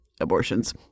abortions